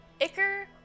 Iker